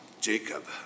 Jacob